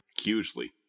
Hugely